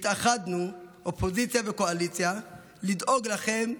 התאחדנו אופוזיציה וקואליציה לדאוג לכם,